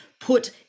put